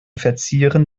verzieren